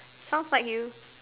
sounds like you